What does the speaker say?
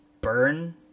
burn